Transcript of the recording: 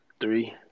three